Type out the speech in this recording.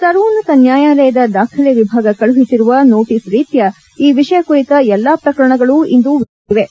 ಸರ್ವೋನ್ನತ ನ್ಯಾಯಾಲಯದ ದಾಖಲೆ ವಿಭಾಗ ಕಳುಹಿಸಿರುವ ನೋಟಸ್ ರೀತ್ಯ ಈ ವಿಷಯ ಕುರಿತ ಎಲ್ಲ ಪ್ರಕರಣಗಳೂ ಇಂದು ವಿಚಾರಣೆಗೆ ಬರಲಿವೆ